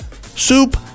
soup